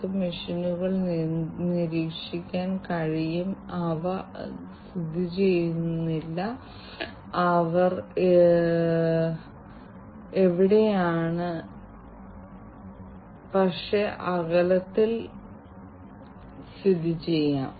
അതിനാൽ സെൻസിംഗ് അനലിറ്റിക്സും രീതിശാസ്ത്രവുമായി ബന്ധപ്പെട്ട ഈ വ്യത്യാസങ്ങൾ അവയ്ക്ക് അവരുടേതായ വ്യത്യസ്ത വശങ്ങളുണ്ട്